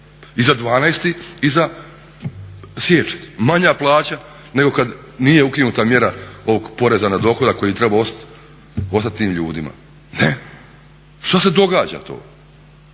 I za 12. i za siječanj. Manja plaća nego kada nije ukinuta mjera poreza na dohodak koji je trebao ostati tim ljudima. Ne. Šta se događa to?